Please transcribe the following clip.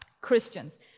Christians